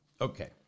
okay